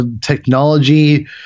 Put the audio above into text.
technology